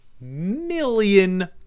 million